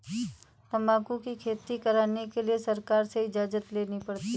तंबाकू की खेती करने के लिए सरकार से इजाजत लेनी पड़ती है